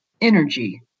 energy